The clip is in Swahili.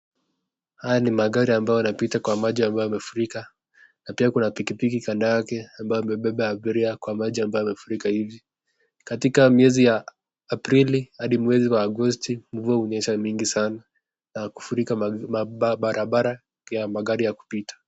Haya ni magari ambao yanapita kwa maji ambayo yamefurika. Na pia kuna pikipiki kando yake ambayo imembemba abiria kwa maji ambayo yamefurika hivi. Katika miezi ya Aprili hadi mwezi wa Agosti mvua hunyesha mingi sana na kufurika ma barabara ya magari ya kupita.